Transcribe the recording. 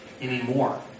anymore